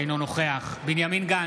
אינו נוכח בנימין גנץ,